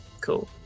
cool